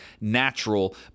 natural